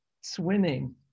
swimming